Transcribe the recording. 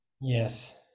Yes